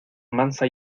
mansa